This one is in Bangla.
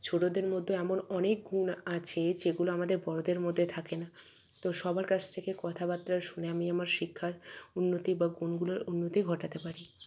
ছোটদের মধ্যেও এমন অনেক গুণ আছে যেগুলো আমাদের বড়দের মধ্যে থাকে না তো সবার কাছ থেকে কথাবার্তা শুনে আমি আমার শিক্ষার উন্নতি বা গুণগুলোর উন্নতি ঘটাতে পারি